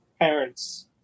parents